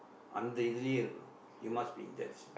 அந்த இதுலேயே இருக்கனும்:andtha ithuleeyee irukkanum you must be in that's